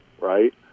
right